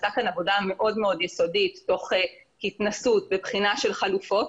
נעשתה כאן עבודה מאוד יסודית תוך התנסות ובחינה של חלופות.